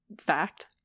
fact